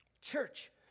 Church